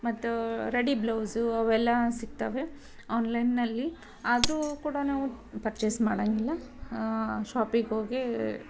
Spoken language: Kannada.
ಮತ್ತು ರೆಡಿ ಬ್ಲೌಸು ಅವೆಲ್ಲ ಸಿಗ್ತವೆ ಆನ್ಲೈನ್ನಲ್ಲಿ ಆದರೂ ಕೂಡ ನಾವು ಪರ್ಚೇಸ್ ಮಾಡಂಗಿಲ್ಲ ಶಾಪಿಗೆ ಹೋಗೇ